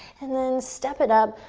and then step it up,